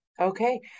Okay